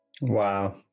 Wow